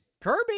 Kirby